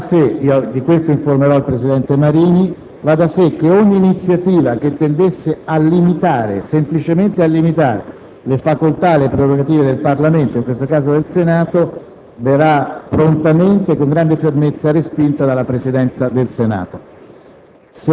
Va da sé - di questo informerò il presidente Marini - che ogni iniziativa che tendesse a limitare - semplicemente a limitare - le facoltà e le prerogative del Parlamento (in questo caso del Senato) verrà prontamente e con grande fermezza respinta dalla Presidenza del Senato.